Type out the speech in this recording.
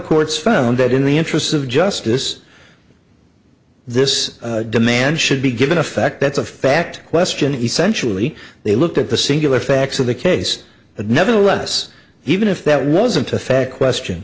courts found that in the interests of justice this demand should be given effect that's a fact question essentially they looked at the singular facts of the case but nevertheless even if that wasn't a fact question